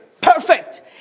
Perfect